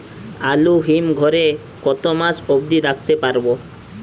আলু হিম ঘরে কতো মাস অব্দি রাখতে পারবো?